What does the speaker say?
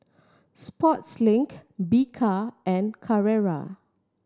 Sportslink Bika and Carrera